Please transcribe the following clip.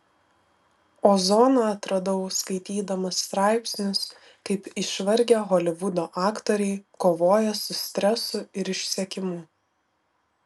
ozoną atradau skaitydamas straipsnius kaip išvargę holivudo aktoriai kovoja su stresu ir išsekimu